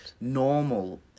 normal